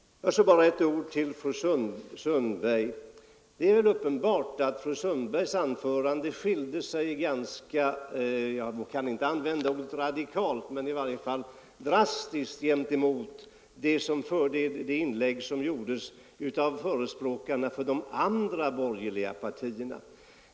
Så bara några ord till fru Sundberg. Det är väl uppenbart att hennes anförande skilde sig — jag kan inte använda ordet radikalt men i varje fall drastiskt — från de inlägg som gjordes av förespråkarna för de andra borgerliga partierna.